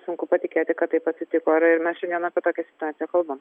sunku patikėti kad taip atsitiko ir ir mes šiandien apie tokią situaciją kalbam